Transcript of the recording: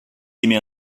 aimée